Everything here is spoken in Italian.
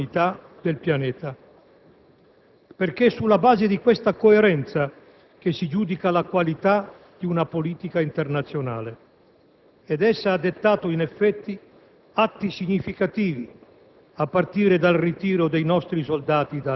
Signor Presidente, signor Ministro, colleghe e colleghi, difendo e sostengo la politica estera del Governo; guardo al suo carattere di innovazione e di discontinuità,